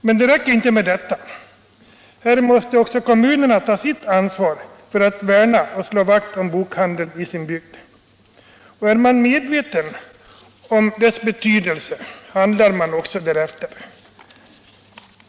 Men det räcker inte med detta. Här måste även kommunerna ta sitt ansvar för att slå vakt om bokhandeln i bygden. Är man medveten om dess betydelse handlar man också därefter.